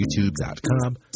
youtube.com